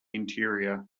interior